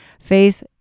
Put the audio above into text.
faith